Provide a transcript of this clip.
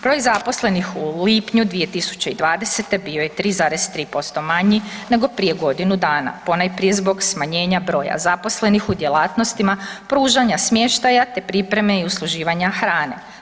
Broj zaposlenih u lipnju 2020. bio je 3,3% manji nego prije godinu dana, ponajprije zbog smanjenja broja zaposlenih u djelatnostima pružanja smještaja te pripreme i usluživanja hrane.